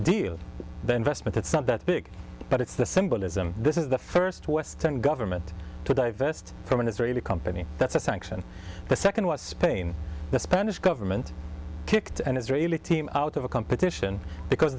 deal then vest but it's something big but it's the symbolism this is the first western government to divest from an israeli company that's a sanction the second was spain the spanish government kicked and israeli team out of a competition because